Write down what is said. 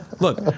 Look